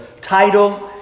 title